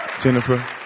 Jennifer